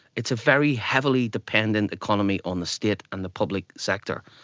it's a very heavily dependent economy on the state and the public sector.